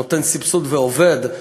שנותן סבסוד ועובד.